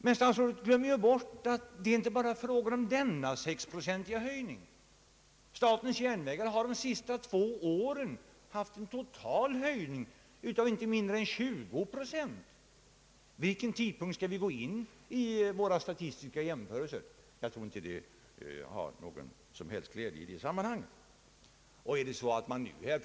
Men vi får inte glömma bort att det här inte bara är fråga om en höjning med 6 procent. SJ har under de senaste två åren höjt sina taxor med totalt inte mindre än 20 procent. Från vilken tidpunkt skall vi börja våra statistiska jämförelser? Den frågan har man nog enligt min mening inte någon som helst glädje av i detta sammanhang.